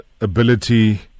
ability